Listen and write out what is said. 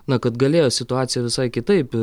na kad galėjo situaciją visai kitaip